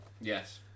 yes